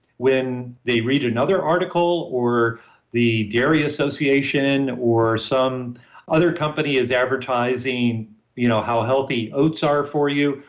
when they read another article or the dairy association, or some other company is advertising you know how healthy oats are for you,